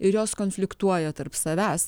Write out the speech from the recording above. ir jos konfliktuoja tarp savęs